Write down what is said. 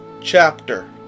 chapter